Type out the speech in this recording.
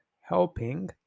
helping